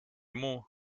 muu